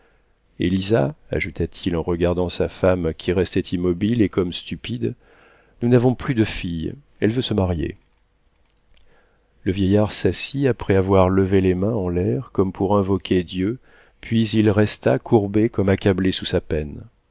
élisa ajouta-t-il en regardant sa femme qui restait immobile et comme stupide nous n'avons plus de fille elle veut se marier le vieillard s'assit après avoir levé les mains en l'air comme pour invoquer dieu puis il resta courbé comme accablé sous sa peine